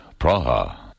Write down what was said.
Praha